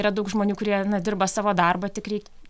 yra daug žmonių kurie na dirba savo darbą tik reik